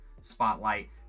spotlight